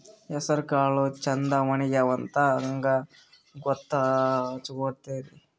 ಹೆಸರಕಾಳು ಛಂದ ಒಣಗ್ಯಾವಂತ ಹಂಗ ಗೂತ್ತ ಹಚಗೊತಿರಿ?